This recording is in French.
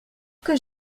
que